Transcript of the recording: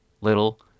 little